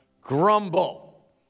grumble